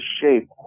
shape